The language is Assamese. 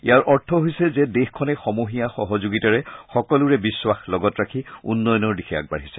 ইয়াৰ অৰ্থ হৈছে যে দেশখনে সমূহীয়া সহযোগিতাৰে সকলোৰে বিশ্বাস লগত ৰাখি উন্নয়নৰ দিশে আগবাঢ়িছে